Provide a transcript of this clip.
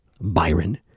Byron